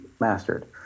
mastered